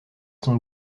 son